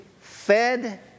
fed